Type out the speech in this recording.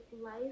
life